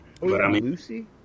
Lucy